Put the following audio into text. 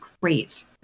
great